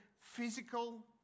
physical